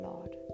Lord